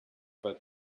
but